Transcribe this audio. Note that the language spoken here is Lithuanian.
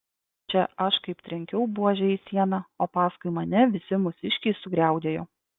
čia aš kaip trenkiau buože į sieną o paskui mane visi mūsiškiai sugriaudėjo